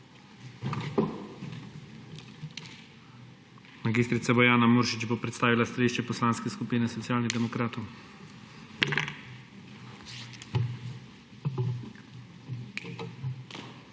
Mag. Bojana Muršič bo predstavila stališče Poslanske skupine Socialnih demokratov.